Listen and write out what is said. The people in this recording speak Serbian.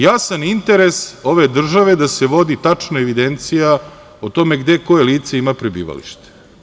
Jasan interes ove države je da se vodi tačna evidencija o tome gde koje lice ima prebivalište.